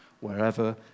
wherever